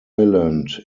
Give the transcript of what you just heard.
island